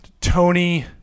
Tony